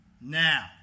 Now